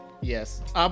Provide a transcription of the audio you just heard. yes